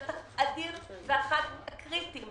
שטח אדיר ואחד הקריטיים.